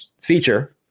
feature